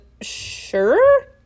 sure